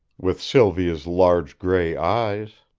with sylvia's large gray eyes.